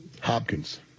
Hopkins